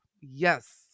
yes